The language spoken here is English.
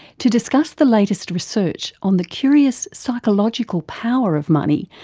to discuss the latest research on the curious psychological power of money,